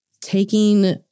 Taking